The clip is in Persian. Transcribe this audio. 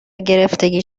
گرفتگی